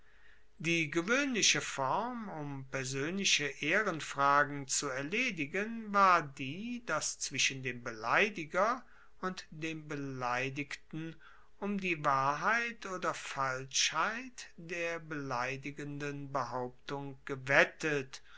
die gewoehnliche form um persoenliche ehrenfragen zu erledigen war die dass zwischen dem beleidiger und dem beleidigten um die wahrheit oder falschheit der beleidigenden behauptung gewettet